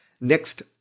next